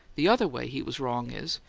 the other way he was wrong is,